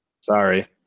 Sorry